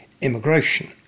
immigration